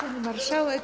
Pani Marszałek!